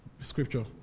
Scripture